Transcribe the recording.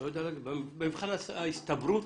במבחן ההסתברות